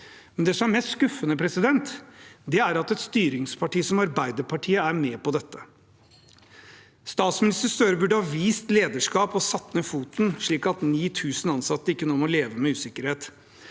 Men det som er mest skuffende, er at et styringsparti som Arbeiderpartiet er med på dette. Statsminister Støre burde ha vist lederskap og satt ned foten, slik at 9 000 ansatte ikke nå må leve med usikkerhet.